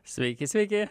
sveiki sveiki